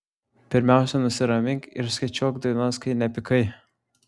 pirmiausia nusiramink ir skaičiuok dienas kai nepykai